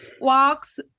walks